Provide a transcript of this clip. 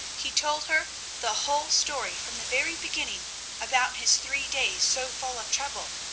he told her the whole story from the very beginning about his three days so full of trouble,